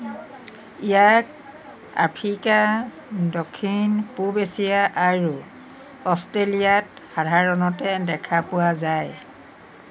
ইয়াক আফ্ৰিকা দক্ষিণ পূব এছিয়া আৰু অষ্টেলিয়াত সাধাৰণতে দেখা পোৱা যায়